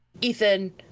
Ethan